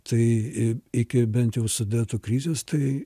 tai iki bent jau sudetų krizės tai